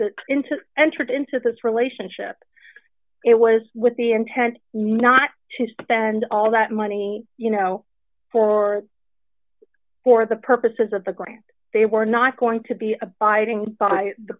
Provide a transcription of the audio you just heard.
the into entered into this relationship it was with the intent not to spend all that money you know for for the purposes of the grant they were not going to be abiding by the